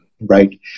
right